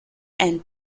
and